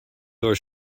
door